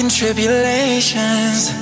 tribulations